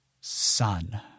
son